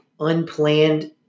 unplanned